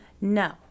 No